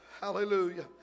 Hallelujah